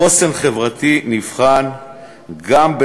חוסן חברתי נבחן גם,